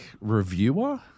reviewer